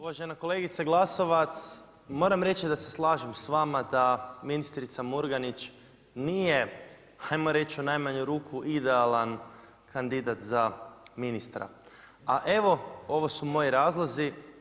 Uvažena kolegice Glasovac, moram reći da se slažem s vama da ministrica Murganić nije ajmo reći u najmanju ruku, idealan kandidat za ministra a evo ovo su moji razlozi.